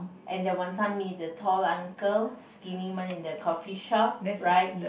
and the wanton-mee the tall uncle skinny one in the coffee shop right